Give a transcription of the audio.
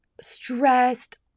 Stressed